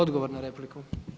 Odgovor na repliku.